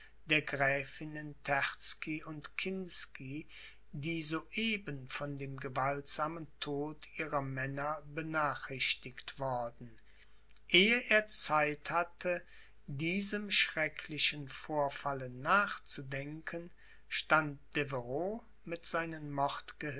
der gräfinnen terzky und kinsky die so eben von dem gewaltsamen tod ihrer männer benachrichtigt worden ehe er zeit hatte diesem schrecklichen vorfalle nachzudenken stand deveroux mit seinen